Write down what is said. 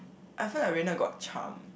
I feel like Raynerd got charm